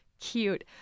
Cute